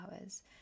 hours